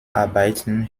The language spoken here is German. arbeiten